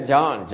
John